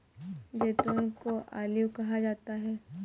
जैतून को ऑलिव कहा जाता है